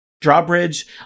drawbridge